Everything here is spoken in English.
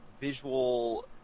visual